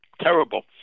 terrible